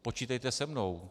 Počítejte se mnou.